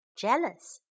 jealous